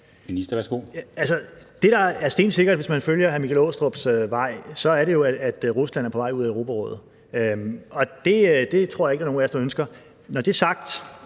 Det, der er stensikkert, hvis man følger hr. Michael Aastrup Jensens vej, er, at Rusland jo er på vej ud af Europarådet. Det tror jeg ikke nogen af os ønsker. Når det så er sagt,